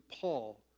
Paul